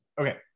okay